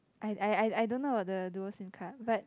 I I I I don't know the dual Sim card but